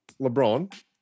LeBron